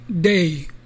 day